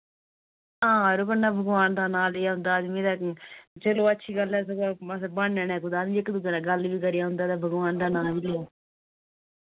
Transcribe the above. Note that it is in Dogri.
हां भगवान दा नांऽ लेई औंदा चलो अच्छी गल्ल ऐ मतलब ब्हाने नै कुदै इक दूए नै गल्ल करी औंदा भगवान दा नांऽ बी नेईं औंदा